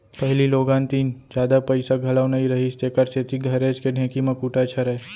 पहिली लोगन तीन जादा पइसा घलौ नइ रहिस तेकर सेती घरेच के ढेंकी म कूटय छरय